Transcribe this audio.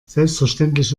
selbstverständlich